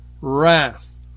wrath